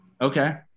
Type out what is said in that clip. Okay